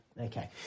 okay